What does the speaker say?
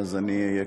אז אני אהיה קצר.